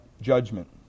judgment